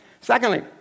Secondly